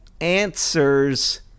answers